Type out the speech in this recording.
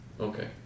Okay